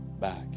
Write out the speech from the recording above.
back